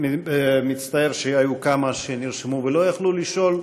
מצטער שהיו כמה שנרשמו ולא יכלו לשאול.